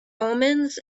omens